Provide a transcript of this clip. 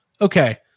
Okay